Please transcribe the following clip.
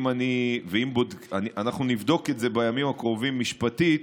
אנחנו נבדוק את זה בימים הקרובים משפטית.